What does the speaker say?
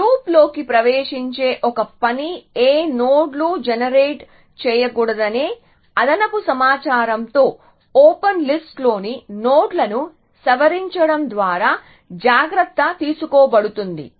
లూప్లలోకి ప్రవేశించే ఒక పని ఏ నోడ్లు జనరేట్ చేయకూడదనే అదనపు సమాచారంతో ఓపెన్ లిస్ట్లోని నోడ్లను సవరించడం ద్వారా జాగ్రత్త తీసుకోబడుతుంది